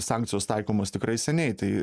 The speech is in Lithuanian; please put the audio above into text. sankcijos taikomos tikrai seniai tai